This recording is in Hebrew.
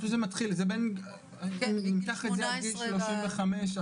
זה עד גיל 35,